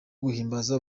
guhimbaza